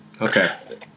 Okay